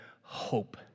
Hope